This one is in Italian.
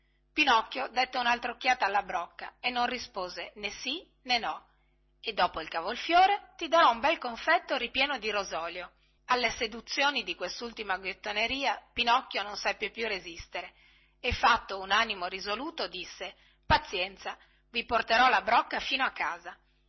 pinocchio dette unaltra occhiata alla brocca e non rispose né sì né no e dopo il cavolfiore ti darò un bel confetto ripieno di rosolio alle seduzioni di questultima ghiottoneria pinocchio non seppe più resistere e fatto un animo risoluto disse azienza i porterò la brocca fino a casa